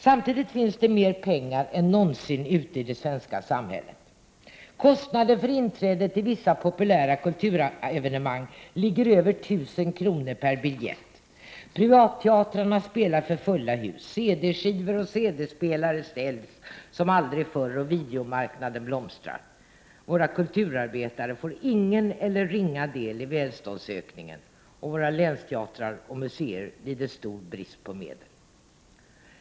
Samtidigt finns det mer pengar än någonsin ute i det svenska samhället. Kostnaden för inträde till vissa populära kulturevenemang ligger på över 1 000 kr per biljett. Privatteatrarna spelar för fulla hus, kompaktskivor och kompaktskivspelare säljs som aldrig förr, och videomarknaden blomstrar. Men våra kulturarbetare får ingen eller ringa del i välståndsökningen, och våra länsteatrar och museer lider stor brist på medel.